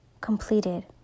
completed